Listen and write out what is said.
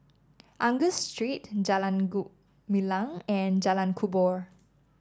Angus Street Jalan Gumilang and Jalan Kubor